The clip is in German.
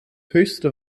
höchste